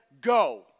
go